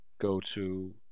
go-to